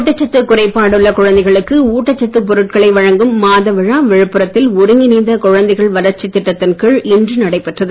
ஊட்டச்சத்து குறைபாடு உள்ள குழந்தைகளுக்கு ஊட்டச்சத்து பொருட்களை வழங்கும் மாத விழா விழுப்புரத்தில் ஒருங்கிணைந்த குழந்தைகள் வளர்ச்சித் திட்டத்தின் கீழ் இன்று நடைபெற்றது